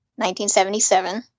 1977